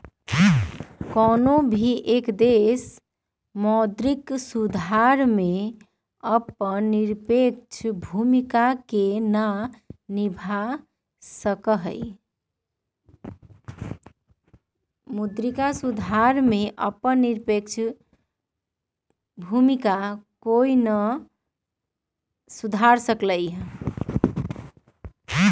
कौनो भी एक देश मौद्रिक सुधार में अपन निरपेक्ष भूमिका के ना निभा सका हई